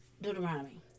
Deuteronomy